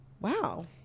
Wow